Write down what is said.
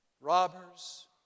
robbers